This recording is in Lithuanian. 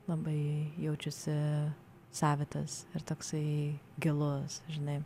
labai jaučiasi savitas ir toksai gilus žinai